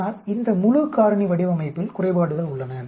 ஆனால் இந்த முழு காரணி வடிவமைப்பில் குறைபாடுகள் உள்ளன